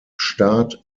start